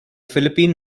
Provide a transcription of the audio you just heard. philippine